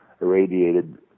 irradiated